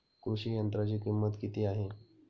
कृषी यंत्राची किंमत किती आहे?